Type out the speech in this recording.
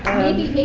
maybe